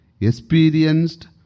experienced